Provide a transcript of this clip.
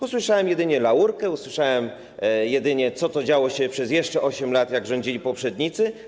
Usłyszałem jedynie laurkę, usłyszałem jedynie, co działo się przez 8 lat, jak rządzili poprzednicy.